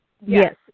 Yes